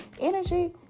energy